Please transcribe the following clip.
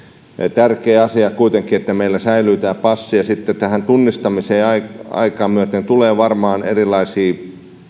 tärkeä asia kuitenkin että meillä säilyy passi sitten tähän tunnistamiseen aikaa aikaa myöten tulee varmaan erilaisia